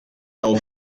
auf